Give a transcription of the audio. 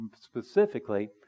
specifically